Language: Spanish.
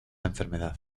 enfermedad